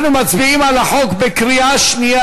אנחנו מצביעים על החוק בקריאה שנייה.